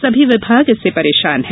सभी विभाग इससे परेशान हैं